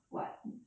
what